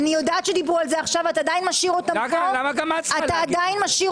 אני פה עם עצבים.